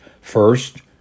First